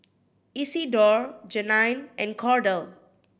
Isidore Jeannine and Cordell